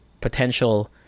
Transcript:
potential